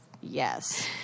Yes